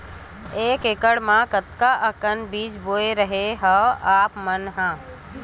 एक एकड़ म कतका अकन बीज बोए रेहे हँव आप मन ह?